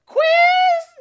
Quiz